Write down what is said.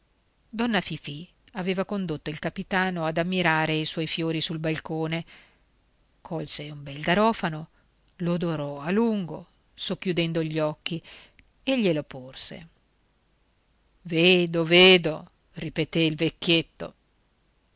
donna fifì aveva condotto il capitano ad ammirare i suoi fiori sul balcone colse un bel garofano l'odorò a lungo socchiudendo gli occhi e glielo porse vedo vedo ripeté il vecchietto